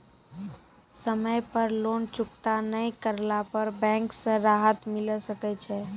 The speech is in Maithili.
समय पर लोन चुकता नैय करला पर बैंक से राहत मिले सकय छै?